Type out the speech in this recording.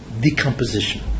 decomposition